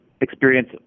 experience